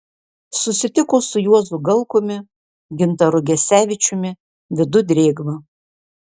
susitiko su juozu galkumi gintaru gesevičiumi vidu drėgva